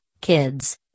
Kids